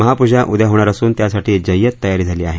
महापूजा उद्या होणार असून त्यासाठी जय्यत तयारी झाली आहे